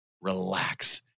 Relax